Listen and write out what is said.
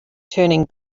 turning